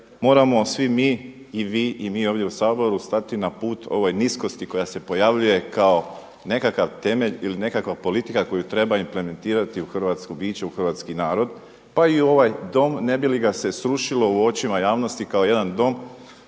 moramo svi mi i vi i mi ovdje u Saboru stati na put ovoj niskosti koja se pojavljuje kao nekakav temelj ili nekakva politika koju treba implementirati u hrvatsko biće u hrvatski narod pa i u ovaj Dom ne bi li ga se srušilo u očima javnosti kao jedan dom